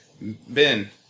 Ben